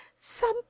some